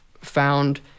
found